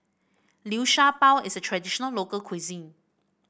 Liu Sha Bao is a traditional local cuisine